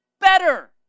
better